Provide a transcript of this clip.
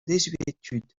désuétude